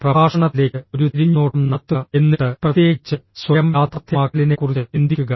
പ്രഭാഷണത്തിലേക്ക് ഒരു തിരിഞ്ഞുനോട്ടം നടത്തുക എന്നിട്ട് പ്രത്യേകിച്ച് സ്വയം യാഥാർത്ഥ്യമാക്കലിനെക്കുറിച്ച് ചിന്തിക്കുക